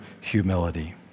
humility